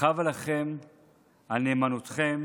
חבה לכם על נאמנותכם.